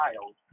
child